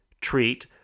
treat